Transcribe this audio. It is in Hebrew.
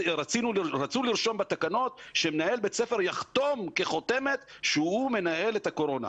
רצו לרשום בתקנות שמנהל בית ספר יחתום כחותמת שהוא מנהל את הקורונה,